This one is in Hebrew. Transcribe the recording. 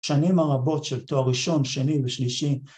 ‫השנים הרבות של תואר ראשון, ‫שני ושלישי,